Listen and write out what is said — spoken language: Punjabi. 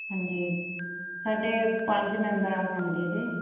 ਹਾਂਜੀ ਸਾਡੇ ਪੰਜ ਮੈਂਬਰ ਆ ਫੈਮਲੀ ਦੇ